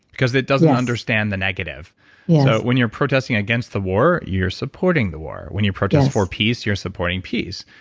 because it doesn't understand the negative so when you're protesting against the war, you're supporting the war. when you protest for peace, you're supporting peace.